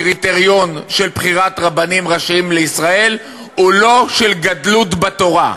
הקריטריון של בחירת רבנים ראשיים לישראל הוא לא של גדלות בתורה.